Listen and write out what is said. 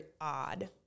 odd